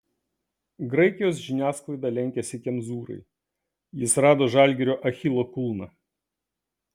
graikijos žiniasklaida lenkiasi kemzūrai jis rado žalgirio achilo kulną